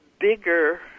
bigger